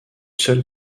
seule